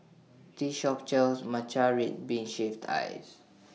This Shop sells Matcha Red Bean Shaved Ice